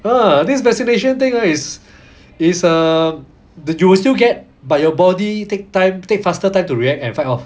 !huh! this vaccination thing is is uh did you will still get but your body take time take faster time to react and fight off